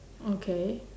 okay